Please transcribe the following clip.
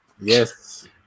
Yes